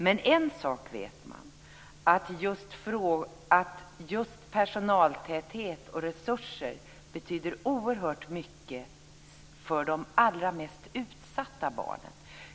Men en sak vet man, och det är att just personaltäthet och resurser betyder oerhört mycket för de allra mest utsatta barnen.